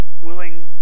willing